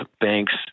banks